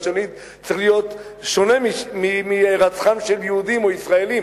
שליט צריך להיות שונה מהירצחם של יהודים או ישראלים